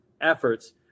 efforts